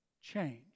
change